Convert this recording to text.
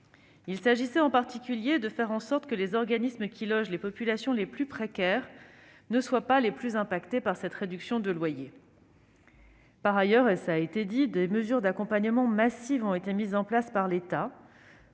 Il s'agissait, en particulier, de faire en sorte que les organismes qui logent les populations les plus précaires ne soient pas les plus touchés par cette réduction de loyer. Par ailleurs, des mesures d'accompagnement massives ont été mises en place par l'État,